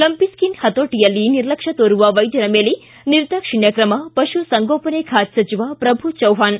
ಲಂಪಿಸಿನ್ ಹತೋಟಯಲ್ಲಿ ನಿರ್ಲಕ್ಷ ತೊರುವ ವೈದ್ಯರ ಮೇಲೆ ನಿರ್ದಾಕ್ಷಿಣ್ಯ ತ್ರಮ ಪಶುಸಂಗೋಪನೆ ಖಾತೆ ಸಚಿವ ಪ್ರಭು ಚವ್ವಾಣ್